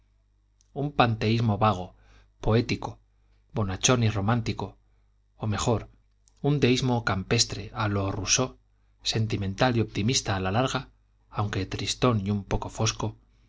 un panteísmo vago poético bonachón y romántico o mejor un deísmo campestre a lo rousseau sentimental y optimista a la larga aunque tristón y un poco fosco